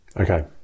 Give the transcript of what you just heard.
Okay